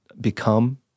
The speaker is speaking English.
become